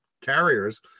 carriers